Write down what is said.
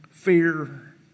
fear